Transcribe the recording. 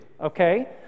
okay